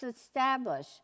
establish